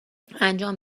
انجام